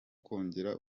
kongera